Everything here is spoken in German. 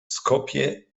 skopje